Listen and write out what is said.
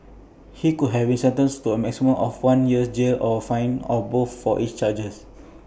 he could have been sentenced to A maximum of one year's jail or A fine or both for each charge